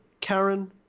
Karen